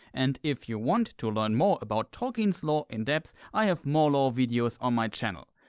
and if you want to learn more about tolkien's lore in-depth, i have more lore videos on my channel.